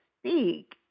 speak